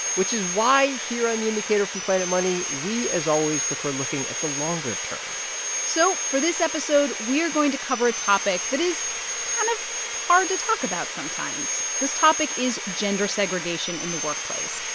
which is why here on the indicator from planet money, we, as always, prefer looking at the longer term so for this episode, we're going to cover a topic that is kind of hard to talk about sometimes. this topic is gender segregation in the workplace.